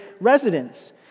residents